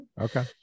Okay